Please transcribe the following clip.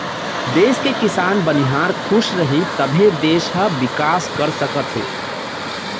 देस के किसान, बनिहार खुस रहीं तभे देस ह बिकास कर सकत हे